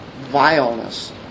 vileness